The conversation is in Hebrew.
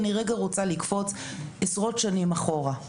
אני רוצה לקפוץ רגע עשרות שנים אחורה.